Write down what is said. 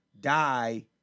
die